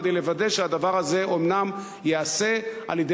כדי לוודא שהדבר הזה אומנם ייעשה על-ידי